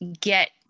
get